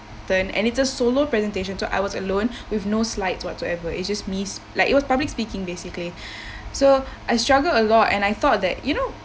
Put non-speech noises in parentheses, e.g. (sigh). turn and it's a solo presentation so I was alone with no slides whatsoever it's just me like it was public speaking basically (breath) so I struggled a lot and I thought that you know